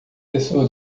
pessoa